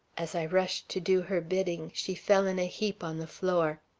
as i rushed to do her bidding, she fell in a heap on the floor.